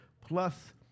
plus